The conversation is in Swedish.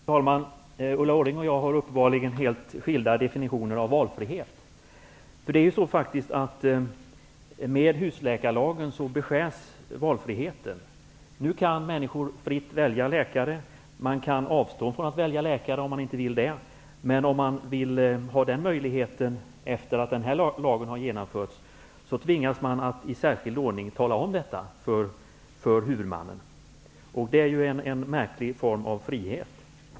Fru talman! Ulla Orring och jag har uppenbarligen helt skilda definitioner på valfrihet. Faktum är ju att med husläkarlagen beskärs valfriheten. Nu kan människor fritt välja läkare. Man kan avstå från att välja läkare, om man så vill, men om man vill ha den möjligheten efter det att husläkarlagen har genomförts, tvingas man att i särskild ordning tala om detta för huvudmannen. Det är ju en märklig form av frihet.